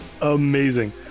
Amazing